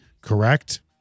correct